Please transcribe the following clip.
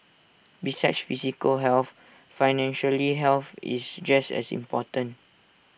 besides physical health financial health is just as important